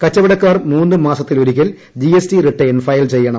കച്ചവടക്കാർ മൂന്ന് മാസത്തിലൊരിക്കൽ ജിഎസ്ടി റിട്ടേൺ ഫയൽ ചെയ്യണം